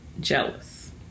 Jealous